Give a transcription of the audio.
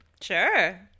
sure